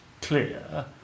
clear